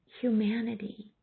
humanity